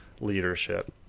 leadership